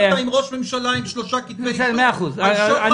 עם ראש ממשלה עם שלושה כתבי אישום על שוחד,